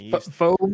phone